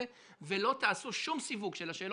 ולא תעשו שום סיווג של השאלות.